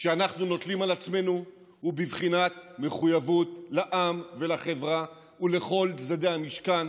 שאנחנו נוטלים על עצמנו הוא בבחינת מחויבות לעם ולחברה ולכל צדדי המשכן,